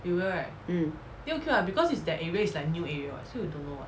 mm